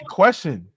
question